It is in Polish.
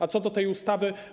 A co do tej ustawy.